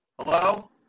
Hello